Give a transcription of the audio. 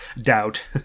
doubt